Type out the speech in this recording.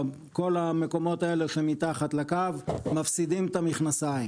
כל המקומות האלה שמתחת לקו מפסידים את המכנסיים.